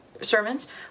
sermons